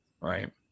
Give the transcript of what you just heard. Right